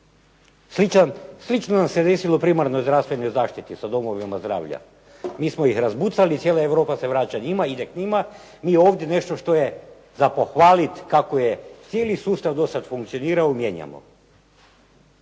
Slično nam se desilo u primarnoj zdravstvenoj zaštiti sa domovima zdravlja. Mi smo ih razbucali. Cijela Europa se vraća njima, ide k njima. Mi ovdje nešto što je za pohvalit kako je cijeli sustav do sada funkcionirao mijenjamo.